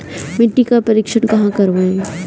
मिट्टी का परीक्षण कहाँ करवाएँ?